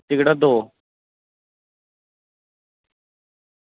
टिकटां दो